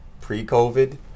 pre-COVID